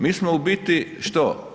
Mi smo u biti što?